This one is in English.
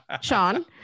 Sean